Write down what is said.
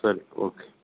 ಸರಿ ಓಕೆ